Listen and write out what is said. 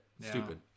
Stupid